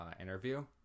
interview